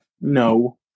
No